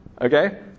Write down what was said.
Okay